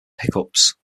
pickups